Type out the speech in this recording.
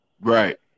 Right